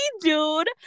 Dude